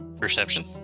Perception